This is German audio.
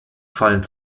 fallen